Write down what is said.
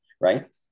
right